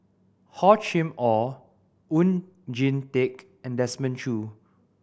Hor Chim Or Oon Jin Teik and Desmond Choo